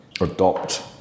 adopt